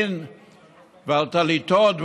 ועל תפילין, ועל טליתות.